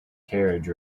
carriage